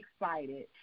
excited